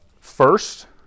First